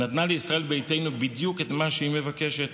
נתנה לישראל ביתנו בדיוק את מה שהיא מבקשת.